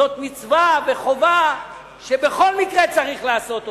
זאת מצווה וחובה שבכל מקרה צריך לעשות אותה: